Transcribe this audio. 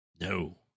No